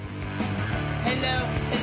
Hello